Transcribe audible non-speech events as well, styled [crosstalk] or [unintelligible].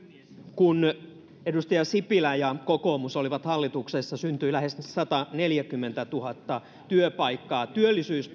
kun edustaja sipilä ja kokoomus olivat hallituksessa syntyi lähes sataneljäkymmentätuhatta työpaikkaa työllisyys [unintelligible]